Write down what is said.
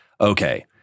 okay